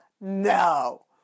No